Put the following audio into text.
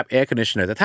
Air-conditioner